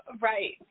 right